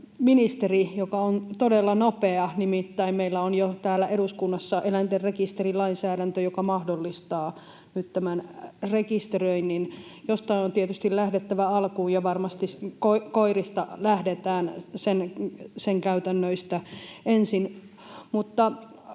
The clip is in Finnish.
ministeri, joka on todella nopea. Nimittäin meillä on jo täällä eduskunnassa eläinten rekisterilainsäädäntö, joka mahdollistaa nyt tämän rekisteröinnin, josta on tietysti lähdettävä alkuun [Mika Niikon välihuuto] — ja varmasti koirista lähdetään, niiden käytännöistä, ensin.